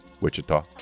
Wichita